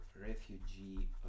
refugee